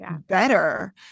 better